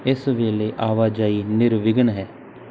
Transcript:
ਇਸ ਵੇਲੇ ਆਵਾਜਾਈ ਨਿਰਵਿਘਨ ਹੈ